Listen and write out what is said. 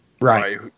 Right